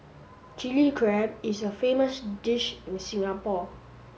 Chilli Crab is a famous dish in Singapore